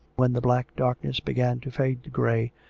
when the black darkness began to fade to grey,